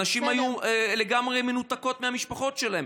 אנשים היו לגמרי מנותקים מהמשפחות שלהם.